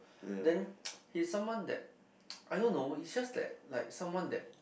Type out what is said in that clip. then he's someone that I don't know he's just that like someone that